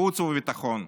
בחוץ ובביטחון.